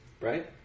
right